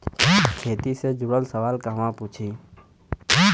खेती से जुड़ल सवाल कहवा पूछी?